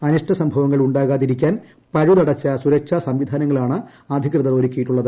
അനിഷ്ട സംഭവങ്ങൾ ഉണ്ടാകാതിരിക്കാൻ പഴുതടച്ച സുരക്ഷ സംവിധാനങ്ങളാണ് അധികൃതർ ഒരുക്കിയിരിക്കുന്നത്